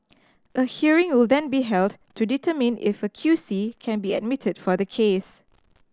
a hearing will then be held to determine if a Q C can be admitted for the case